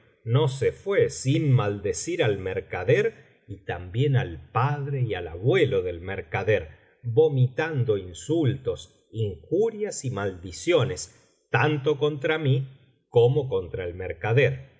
no se fué sin maldecir al mercader y también al padre y al abuelo del mercader vomitando insultos injurias y maldiciones tanto contra mí como contra el mercader